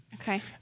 Okay